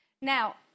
Now